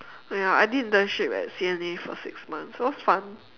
!aiya! I did internship at C_N_A for six months it was fun